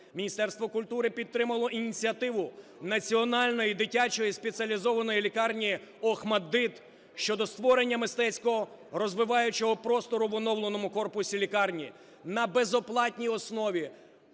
Міністерство культури підтримало ініціативу національної дитячої спеціалізованої лікарні "ОХМАТДИТ" щодо створення мистецького розвиваючого простору в оновленому корпусу лікарні. На безоплатній основі